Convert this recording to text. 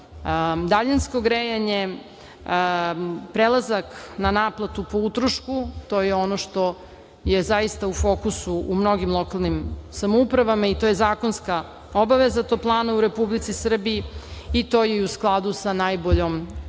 daljinsko grejanje, prelazak na naplatu po utrošku, to je ono što je zaista u fokusu u mnogim lokalnim samoupravama i to je zakonska obaveza toplana u Republici Srbiji, i to je u skladu sa najboljom evropskom